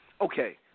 okay